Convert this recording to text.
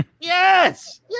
Yes